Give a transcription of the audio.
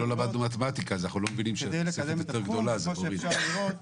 --- כדי לקדם את זה כמו שאפשר לראות